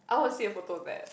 I want to see a photo of that